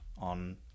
on